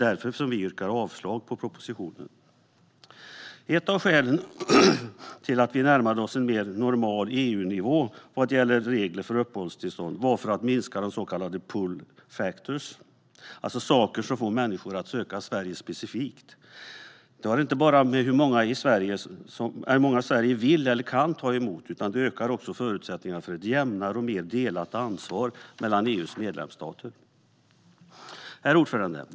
Därför yrkar vi avslag på propositionen. Ett av skälen till att Sverige närmade sig en mer normal EU-nivå vad gäller regler för uppehållstillstånd var att minska så kallade pull factors, alltså saker som får människor att söka sig specifikt till Sverige. Det har inte bara att göra med hur många Sverige vill eller kan ta emot, utan det ökar också förutsättningarna för ett jämnare och mer delat ansvar mellan EU:s medlemsstater. Herr talman!